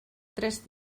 tres